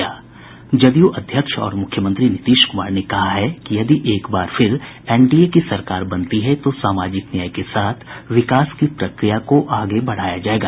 जदयू अध्यक्ष और मुख्यमंत्री नीतीश कुमार ने कहा है कि यदि एक बार फिर एनडीए की सरकार बनती है तो सामाजिक न्याय के साथ विकास की प्रक्रिया को आगे बढ़ाया जायेगा